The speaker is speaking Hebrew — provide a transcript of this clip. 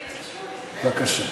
בבקשה.